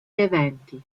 eventi